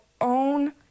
own